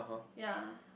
ya